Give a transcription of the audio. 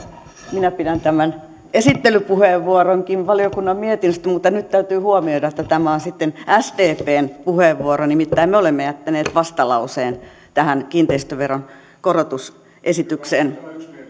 minä pidän tämän esittelypuheenvuoronkin valiokunnan mietinnöstä mutta nyt täytyy huomioida että tämä on sitten sdpn puheenvuoro nimittäin me olemme jättäneet vastalauseen tähän kiinteistöveron korotusesitykseen